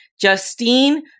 Justine